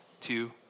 two